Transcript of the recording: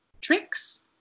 tricks